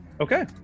Okay